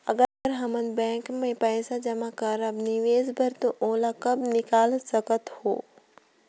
अगर हमन बैंक म पइसा जमा करब निवेश बर तो ओला कब निकाल सकत हो?